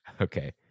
Okay